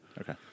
Okay